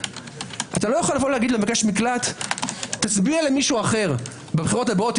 אתה לא יכול לומר למבקש מקלט תצביע למישהו אחר בבחירות הבאות.